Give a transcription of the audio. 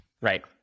right